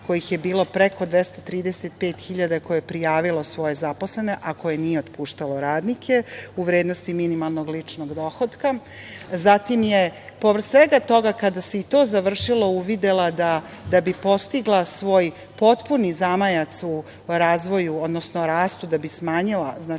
kojih je bilo preko 235 hiljada koje je prijavilo svoje zaposlene, a koje nije otpuštalo radnike, u vrednosti minimalnog ličnog dohotka. Zatim je, povrh svega toga, kada se i to završilo, uvidela da bi postigla svoj potpuni zamajac u razvoju, odnosno rastu, da bi smanjila sav onaj